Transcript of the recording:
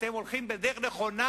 אתם הולכים בדרך נכונה.